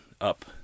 up